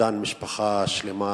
אובדן משפחה שלמה.